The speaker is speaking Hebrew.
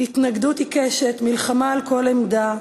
התנגדות עיקשת, מלחמה על כל עמדה,